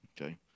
Okay